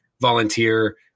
volunteer